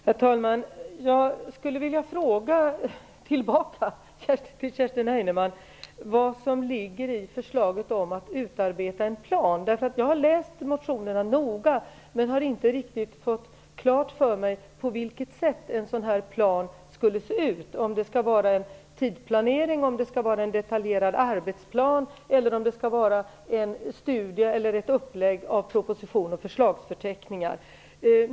Herr talman! Jag skulle vilja ställa en fråga tillbaka till Kerstin Heinemann. Vad ligger i förslaget om att utarbeta en plan? Jag har läst motionerna noga, men har inte riktigt fått klart för mig på vilket sätt en sådan plan skulle se ut, om det skall vara en tidsplanering, en detaljerad arbetsplan, en studie eller ett upplägg av propositions och förslagsförteckningar.